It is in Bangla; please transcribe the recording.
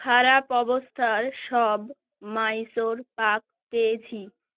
খারাপ অবস্থার সব মাইসোর পাক পেয়েছি